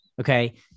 Okay